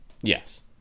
Yes